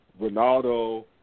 Ronaldo